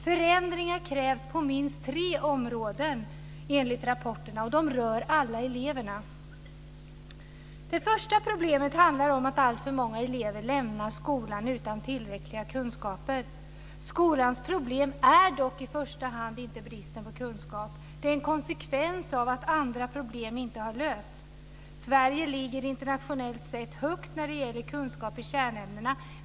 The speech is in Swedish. Förändringar krävs enligt rapporten på minst tre områden, och de rör alla eleverna. Det första problemet handlar om att alltför många elever lämnar skolan utan tillräckliga kunskaper. Skolans problem är dock i första hand inte bristen på kunskap. Det är en konsekvens av att andra problem inte har lösts. Sverige ligger internationellt sett högt när det gäller kunskap i kärnämnena.